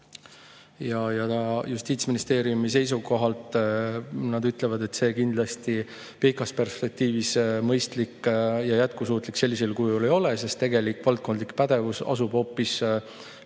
Justiitsministeeriumi seisukohalt see kindlasti pikas perspektiivis mõistlik ja jätkusuutlik sellisel kujul ei ole, sest tegelik valdkondlik pädevus asub hoopis mujal,